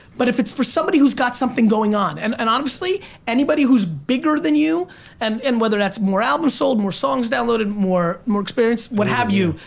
but if it's for somebody who's got something going on, and and obviously, anybody who's bigger than you and and whether that's more albums sold, more songs downloaded, more more experience, what have you.